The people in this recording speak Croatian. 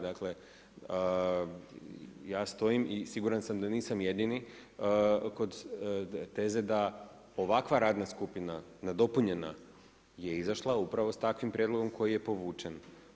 Dakle, ja stojim i siguran sam da nisam jedini kod teze da ovakva radna skupina nadopunjena je izašla upravo sa takvim prijedlogom koji je povučen.